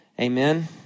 amen